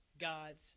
God's